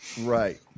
Right